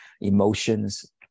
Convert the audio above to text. emotions